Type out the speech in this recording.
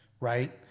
Right